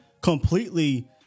completely